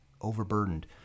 overburdened